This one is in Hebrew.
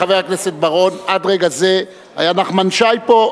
חבר הכנסת בר-און, עד רגע זה היה נחמן שי פה.